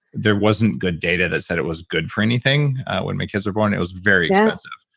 there wasn't good data that said it was good for anything when my kids were born it was very intensive,